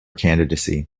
candidacy